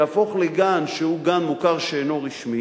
יהפוך לגן שהוא גן מוכר שאינו רשמי,